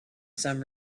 some